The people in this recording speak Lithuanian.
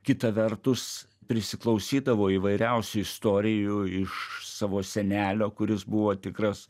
kita vertus prisiklausydavo įvairiausių istorijų iš savo senelio kuris buvo tikras